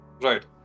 Right